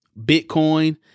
Bitcoin